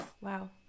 Wow